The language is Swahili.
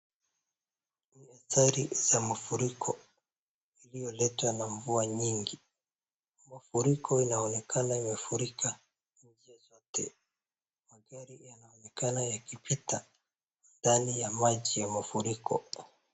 Ni athari za mafuriko iliyoletwa na mvua nyingi. Mafuriko yanaonekana yamefurika njia zote. Magari yanaonekana yakipita ndani ya maji ya mafuriko.